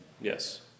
Yes